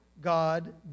God